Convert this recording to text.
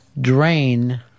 Drain